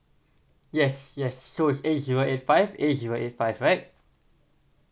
yes yes so it's eight zero eight five eight zero eight five right